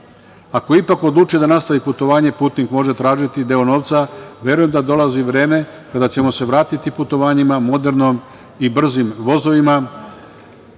Ako ipak odluči da nastavi putovanje putnik može tražiti deo novca. Verujem da dolazi vreme kada ćemo se vratiti putovanjima modernim i brzim vozovima